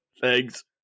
Thanks